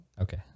Okay